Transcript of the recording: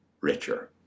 richer